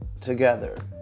together